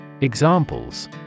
Examples